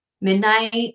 midnight